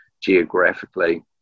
geographically